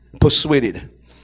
persuaded